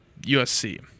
USC